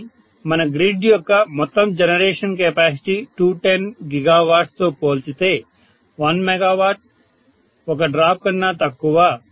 కాని మన గ్రిడ్ యొక్క మొత్తం జనరేషన్ కెపాసిటీ 210 GW తో పోల్చితే 1 మెగావాట్లు ఒక డ్రాప్ కన్నా తక్కువ